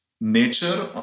nature